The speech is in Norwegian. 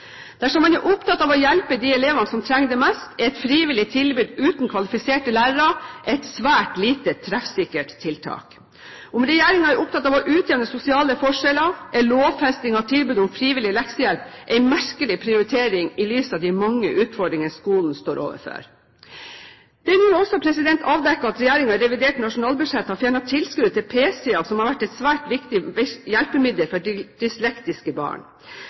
Dersom man er opptatt av å hjelpe de elevene som trenger det mest, er et frivillig tilbud uten kvalifiserte lærere et svært lite treffsikkert tiltak. Om regjeringen er opptatt av å utjevne sosiale forskjeller, er lovfesting av tilbud om frivillig leksehjelp en merkelig prioritering i lys av de mange utfordringer skolen står overfor. Det er nå også avdekket at regjeringen i revidert nasjonalbudsjett har fjernet tilskuddet til pc-er, som er et svært viktig hjelpemiddel for dyslektiske barn.